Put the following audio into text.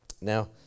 Now